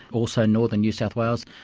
also northern new south wales,